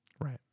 Right